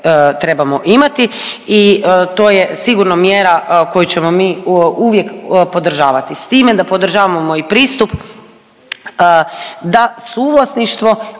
trebamo imati i to je sigurno mjera koju ćemo mi uvijek podržavati. S time da podržavamo i pristup da suvlasništvo